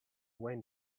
wayne